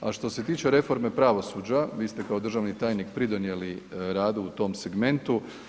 A što se tiče reforme pravosuđa, vi ste kao državni tajnik pridonijeli radu u tome segmentu.